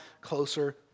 closer